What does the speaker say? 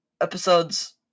episodes